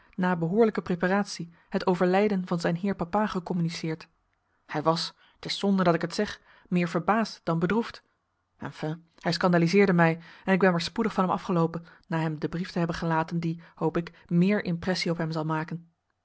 na behoorlijke preparatie het overlijden van zijn heer papa gecommuniceerd hij was t is zonde dat ik het zeg meer verbaasd dan bedroefd enfin hij scandaliseerde mij en ik ben maar spoedig van hem afgeloopen na hem den brief te hebben gelaten die hoop ik meer impressie op hem zal maken